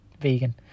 vegan